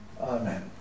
Amen